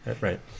right